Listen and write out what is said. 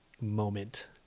moment